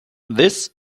this